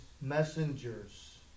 messengers